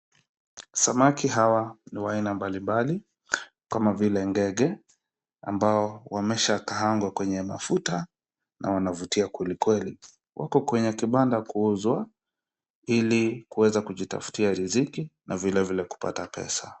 Samaki hawa ni wa aina mbalimbali kama vile ngege ambao wameshakaangwa kwenye mafuta na wanavutia kwelikweli. Wako kwenye kibanda kuuzwa, ili kuweza kujitafutia riziki na vile vile kupata pesa.